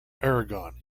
aragon